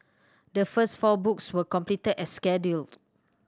the first four books were completed as scheduled